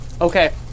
Okay